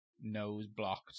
nose-blocked